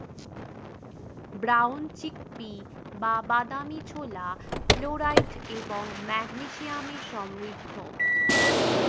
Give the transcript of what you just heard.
brown chick pea বা বাদামী ছোলা ফ্লোরাইড এবং ম্যাগনেসিয়ামে সমৃদ্ধ